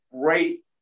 great